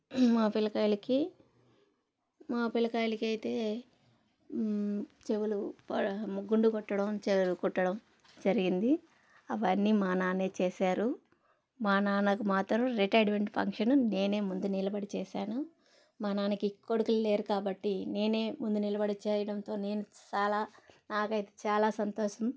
మా పిల్లకాయలకి మా పిల్లకాయలకి అయితే చెవులు గుండు కొట్టడం చెవులు కుట్టడం జరిగింది అవన్నీ మా నాన్నే చేశారు మా నాన్నకు మాత్రం రిటైర్మెంట్ ఫంక్షన్ నేనే ముందు నిలబడి చేశాను మా నాన్నకి కొడుకులు లేరు కాబట్టి నేనే ముందు నిలబడి చేయడంతో నేను చాలా అవే చాలా సంతోషం